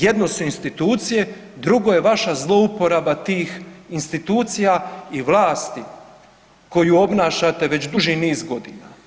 Jedno su institucije, drugo je vaša zlouporaba tih institucija i vlasti koju obnašate već duži niz godina.